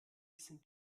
sind